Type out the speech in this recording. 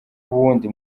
ubundi